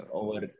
over